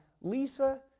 Lisa